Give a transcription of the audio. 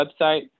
website